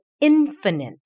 infinite